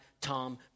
Tom